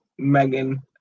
Megan